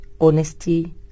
honesty